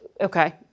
okay